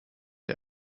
der